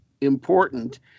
important